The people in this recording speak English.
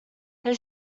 they